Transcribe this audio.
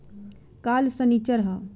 काल्ह सनीचर ह